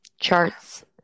charts